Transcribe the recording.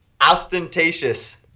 Ostentatious